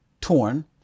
torn